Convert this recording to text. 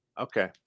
Okay